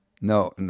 No